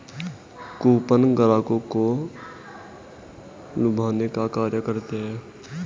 coupon ग्राहकों को लुभाने का कार्य करते हैं